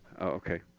Okay